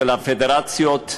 של הפדרציות,